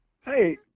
Hey